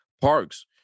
Park's